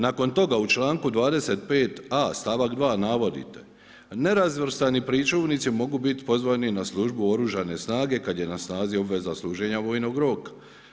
Nakon toga u članku 25a. stavak 2. navodite nerazvrstani pričuvnici mogu bit pozvani na službu u Oružane snage kad je na snazi obveza služenja vojnog roka.